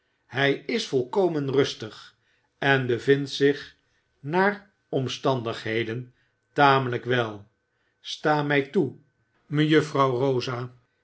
hij is volkomen rustig en bevindt zich naar omstandigheden tamelijk wel sta mij toe mejuffrouw rosa